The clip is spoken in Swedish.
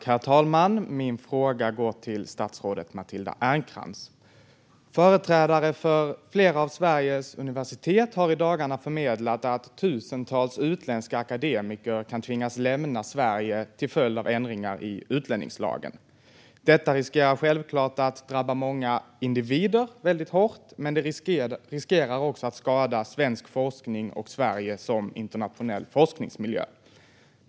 Herr talman! Min fråga går till statsrådet Matilda Ernkrans. Företrädare för flera av Sveriges universitet har i dagarna förmedlat att tusentals utländska akademiker kan tvingas lämna Sverige till följd av ändringar i utlänningslagen. Detta riskerar självklart att drabba många individer väldigt hårt, men det riskerar också att skada svensk forskning och Sverige som internationell forskningsmiljö.